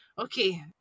okay